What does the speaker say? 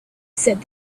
said